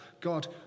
God